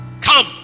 Come